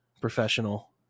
professional